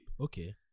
Okay